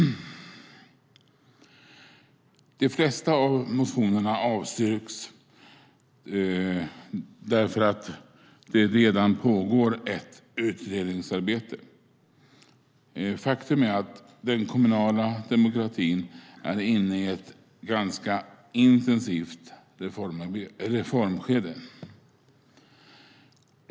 De flesta av motionerna avstyrks därför att det redan pågår ett utredningsarbete. Faktum är att den kommunala demokratin är inne i ett ganska intensivt reformskede.